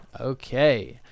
Okay